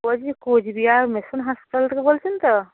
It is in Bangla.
বলছি কুচবিহার মিশন হাসপিাতাল থেকে বলছেন তো